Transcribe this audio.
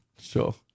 Sure